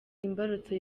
imbarutso